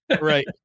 Right